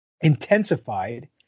intensified